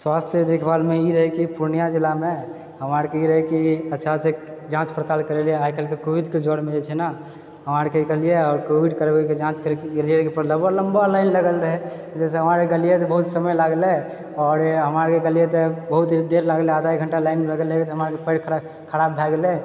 स्वास्थ्य देखभालमे ई रहय कि पूर्णियाँ जिलामे हमरा आरके ई रहए कि अच्छासँ जाँच पड़ताल करए रहै आइ काल्हि तऽ कोविडके ज्वरमे जे छै ने हमरा आरके करेलिए आओर कोविड करबैके के जाँच के लिए लम्बा लम्बा लाइन लागल रहय जहिसँ हमरा आर गेलिए तऽ बहुत समय लागलै आओर हमरा आरके करेलिये तऽ बहुत देर लागले आधा एक घण्टा लाइनमे लागल रहिए तऽ हमरा आरके पैर खर खराब भए गेलै